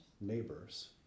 neighbors